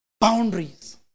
Boundaries